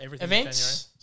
events